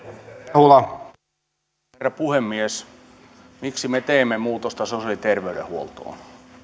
arvoisa herra puhemies miksi me teemme muutosta sosiaali ja terveydenhuoltoon